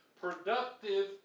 productive